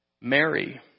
Mary